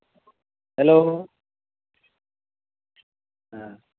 hello ᱦᱮᱸ